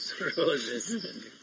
roses